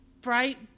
bright